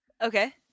Okay